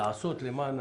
לעשות למען